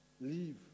leave